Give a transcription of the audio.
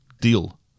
Deal